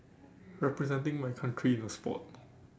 representing my country in a sport